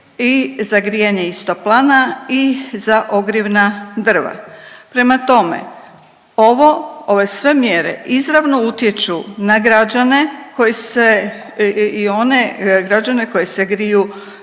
i za grijanje iz toplana i za ogrjevna drva. Prema tome, ovo, ove sve mjere izravno utječu na građane koji se i one građane koji se griju